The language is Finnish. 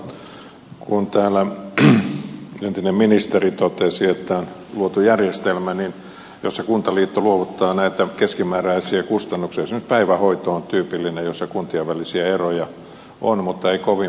täällä entinen ministeri totesi että on luotu järjestelmä jossa kuntaliitto luovuttaa keskimääräisiä kustannuksia esimerkiksi päivähoito on tyypillinen jossa kuntien välisiä eroja on mutta ei kovin paljoa